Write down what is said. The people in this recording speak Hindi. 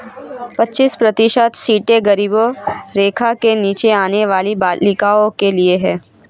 पच्चीस प्रतिशत सीटें गरीबी रेखा के नीचे आने वाली बालिकाओं के लिए है